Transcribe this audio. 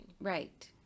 Right